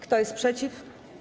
Kto jest przeciw?